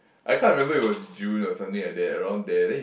I can't remember it was June or something like that around there then he